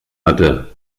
hatte